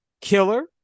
killer